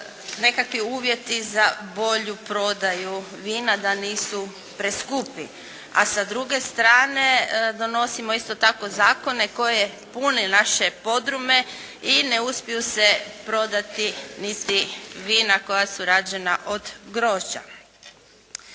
nekakvi uvjeti za bolju prodaju vina da nisu preskupi. A sa druge strane donosimo isto tako zakone koji pune naše podrume i ne uspiju se prodati ni svi vina koja su rađena od grožđa.